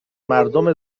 مردم